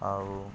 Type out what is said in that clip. ଆଉ